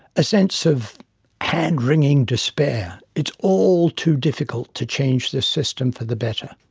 a sense of hand wringing despair. it's all too difficult to change the system for the better.